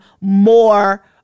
more